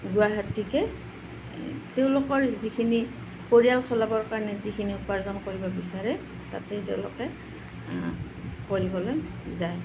গুৱাহাটীকে তেওঁলোকৰ যিখিনি পৰিয়াল চলাবৰ কাৰণে যিখিনি উপাৰ্জন কৰিব বিচাৰে তাতে তেওঁলোকে কৰিবলৈ যায়